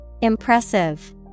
Impressive